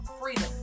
freedom